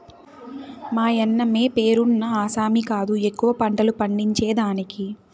మాయన్నమే పేరున్న ఆసామి కాదు ఎక్కువ పంటలు పండించేదానికి